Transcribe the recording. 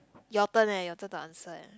your turn leh your turn to answer eh